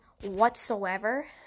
whatsoever